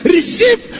Receive